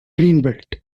greenbelt